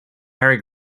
harry